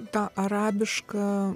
tą arabišką